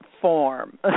form